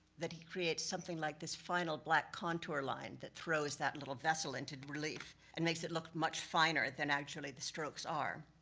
that he creates something like this final black contour line, that throws that little vessel into relief, and makes it look much finer than actually the strokes are.